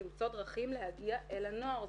יש לנו עדיין הארד קור של נערים ונערות מנותקים.